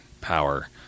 power